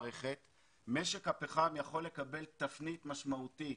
משק הפחם יכול לקבל תפנית משמעותית